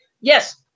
Yes